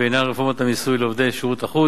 בעניין רפורמת המיסוי לעובדי שירות החוץ,